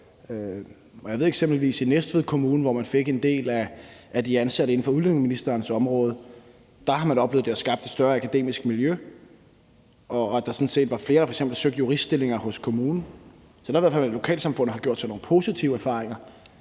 Jeg ved eksempelvis, at man i Næstved Kommune, hvor man fik en del af de ansatte inde fra udlændingeministerens område, har oplevet, at det har skabt et større akademisk miljø, og at der sådan set var flere, der f.eks. søgte juriststillinger i kommunen. Så der er i hvert fald et lokalsamfund, der har gjort sig nogle positive erfaringer.